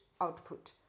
output